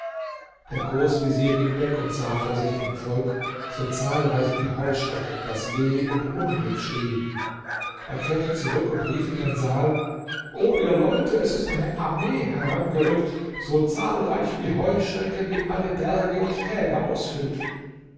der großvezier ging weg und sah vor sich ein volk so zahlreich wie heuschrecken das weh und unglück schrie er kehrte zurück und rief in den saal o ihr leute es ist eine armee herangerückt so zahlreich wie heuschrecken die alle berge und täler ausfüllt